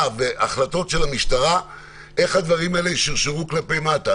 והחלטות של המשטרה איך הדברים האלו ישורשרו כלפי מטה.